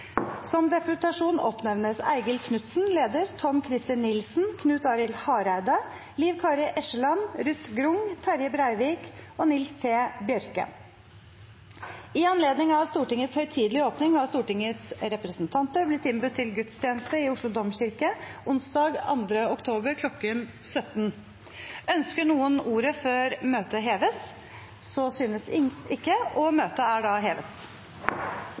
Som deputasjon oppnevnes Eigil Knutsen, leder, Tom-Christer Nilsen, Knut Arild Hareide, Liv Kari Eskeland, Ruth Grung, Terje Breivik og Nils T. Bjørke. I anledning av Stortingets høytidelige åpning har Stortingets representanter blitt innbudt til gudstjeneste i Oslo domkirke onsdag 2. oktober kl. 17.00. Ønsker noen ordet før møtet heves? – Så synes ikke, og møtet er hevet.